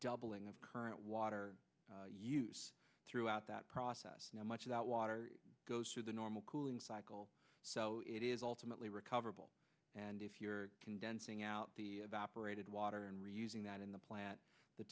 doubling of current water use throughout that process now much of that water goes through the normal cooling cycle so it is ultimately recoverable and if you're condensing out the evaporated water and reusing that in the plan at the